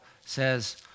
says